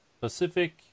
Pacific